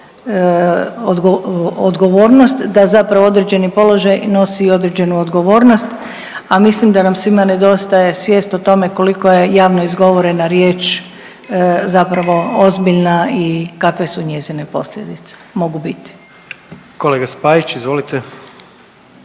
odgovornost da zapravo određeni položaj nosi i određenu odgovornost, a mislim da nam svima nedostaje svijest i tome koliko je javno izgovorena riječ zapravo ozbiljna i kakve su njezine posljedice mogu biti. **Jandroković, Gordan